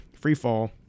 Freefall